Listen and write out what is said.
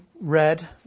read